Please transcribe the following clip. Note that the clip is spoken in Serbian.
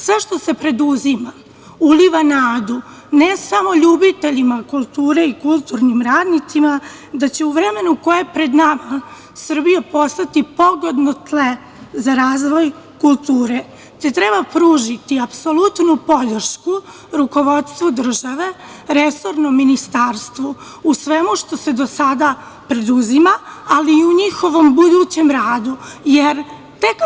Sve što se preduzima uliva nadu ne samo ljubiteljima kulture i kulturnim radnicima da će u vremenu koje je pred nama Srbija postati pogodno tlo za razvoj kulture, te treba pružiti apsolutnu podršku rukovodstvu države, resornom ministarstvu, u svemu što se do sada preduzima, ali i u njihovom budućem radu.